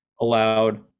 allowed –